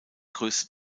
größte